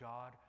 God